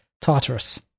Tartarus